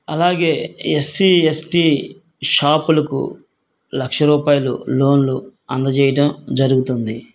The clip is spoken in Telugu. అలాగే ఎస్సి ఎస్టి షాపులకు లక్ష రూపాయలు లోన్లు అందజేయటం జరుగుతుంది